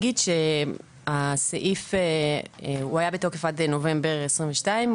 הסעיף היה בתוקף עד נובמבר 2022,